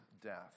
death